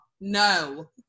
No